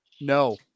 No